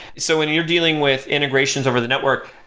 so when you're dealing with integrations over the network,